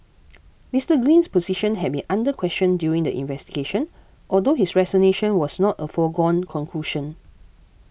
Mister Green's position had been under question during the investigation although his resignation was not a foregone conclusion